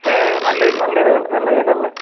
spray നല്ലത് നല്ലത് ഏതാ ഉള്ളത്